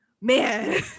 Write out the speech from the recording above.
man